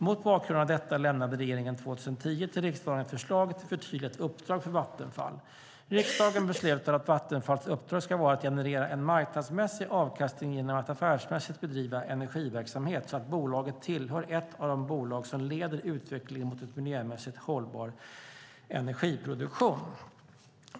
Mot bakgrund av detta lämnade regeringen 2010 till riksdagen ett förslag till förtydligat uppdrag för Vattenfall. Riksdagen beslutade att Vattenfalls uppdrag ska vara att "generera en marknadsmässig avkastning genom att affärsmässigt bedriva energiverksamhet så att bolaget tillhör ett av de bolag som leder utvecklingen mot en miljömässigt hållbar energiproduktion".